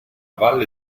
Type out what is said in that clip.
valle